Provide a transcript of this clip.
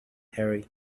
hurry